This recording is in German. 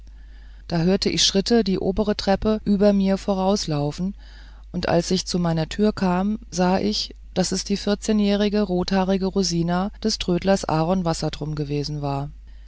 da hörte ich schritte die oberen treppen über mir vorauslaufen und als ich zu meiner tür kam sah ich daß es die vierzehnjährige rothaarige rosina des trödlers aaron wassertrum gewesen war